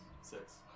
Six